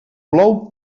plou